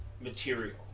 material